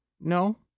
No